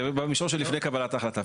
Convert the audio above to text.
זה במישור של לפני קבלת ההחלטה.